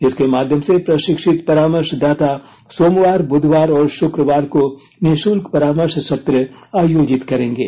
इसके माध्यम से प्रशिक्षित परामर्शदाता सोमवार बुधवार और शुक्रवार को निःशुल्क परामर्श सत्र आयोजित करेंगे